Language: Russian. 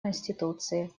конституции